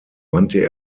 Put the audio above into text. wandte